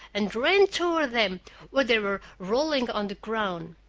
and ran toward them where they were rolling on the ground.